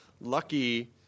lucky